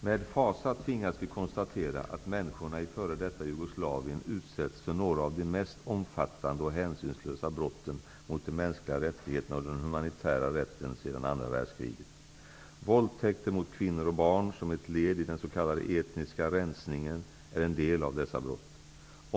Med fasa tvingas vi konstatera att människorna i f.d. Jugoslavien utsätts för några av de mest omfattande och hänsynslösa brotten mot de mänskliga rättigheterna och den humanitära rätten sedan andra världskriget. Våldtäkter mot kvinnor och barn som ett led i den s.k. etniska rensningen är en del av dessa brott.